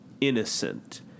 innocent